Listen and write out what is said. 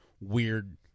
weird